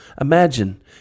Imagine